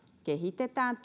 kehitetään